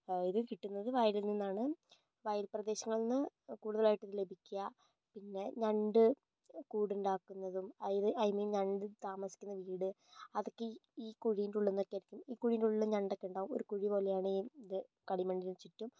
ഇത് കിട്ടുന്നത് വയലിൽ നിന്നാണ് വയൽ പ്രദേശങ്ങളിൽ നിന്ന് കൂടുതലായിട്ടും ലഭിക്കുക പിന്നെ ഞണ്ട് കൂടുണ്ടാക്കുന്നതും വയലിൽ ഞണ്ട് താമസിക്കുന്ന വീട് അതൊക്കെ ഈ കുഴീൻ്റെ ഉള്ളിന്നക്കെ ആയിരിക്കും ഈ കുഴീൻ്റെ ഉള്ളില് ഞണ്ടൊക്കെ ഉണ്ടാകും ഒരു കുഴി പോലെയാണത് ഈ ത് കളിമണ്ണിന് ചുറ്റും